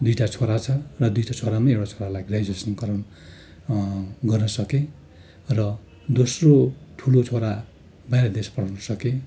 दुईवटा छोरा छ र दुईवटा छोरामा एउटा छोरालाई ग्रेजुएसन गराउन गर्न सकेँ र दोस्रो ठुलो छोरा बाहिर देश पठाउन सकेँ